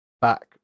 back